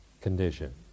condition